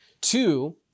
Two